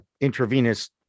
intravenous